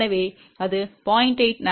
எனவே அது 0